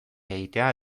egitea